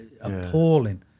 appalling